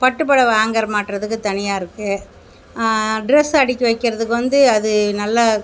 பட்டு புடவ ஆங்கர் மாட்டுறதுக்கு தனியாக இருக்குது ட்ரெஸ் அடுக்கி வைக்கிறதுக்கு வந்து அது நல்ல